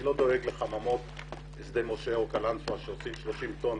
אני לא דואג לחממות בשדה משה או בקלנסואה שעושים 30 טון